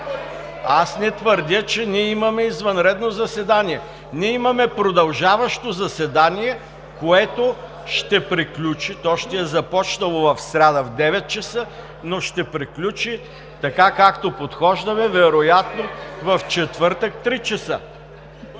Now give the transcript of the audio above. Аз не твърдя, че имаме извънредно заседание. Ние имаме продължаващо заседание, което ще приключи – то ще е започнало в сряда в 9,00 ч., но ще приключи, както подхождаме, вероятно в четвъртък в 3,00